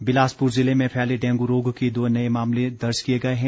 डेंग् बिलासपुर जिले में फैले डेंगू रोग के दो नए मामले दर्ज किए गए हैं